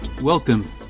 Welcome